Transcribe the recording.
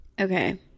Okay